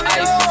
ice